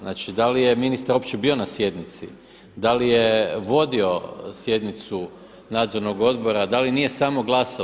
Znači da li je ministar uopće bio na sjednici, da li je vodio sjednicu nadzornog odbora, da li nije samo glasao?